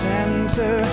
Center